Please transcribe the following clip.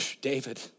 David